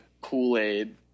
kool-aid